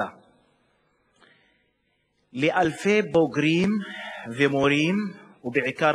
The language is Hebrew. לאלפי מורים במגזר